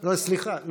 סליחה.